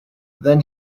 then